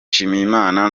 nshimiyimana